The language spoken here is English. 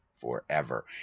forever